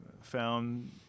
found